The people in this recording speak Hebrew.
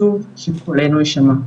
חשוב שקולנו יישמע.